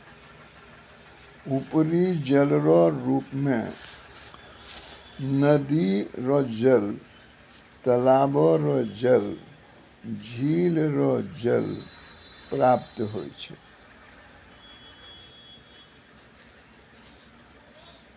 उपरी जलरो रुप मे नदी रो जल, तालाबो रो जल, झिल रो जल प्राप्त होय छै